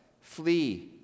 flee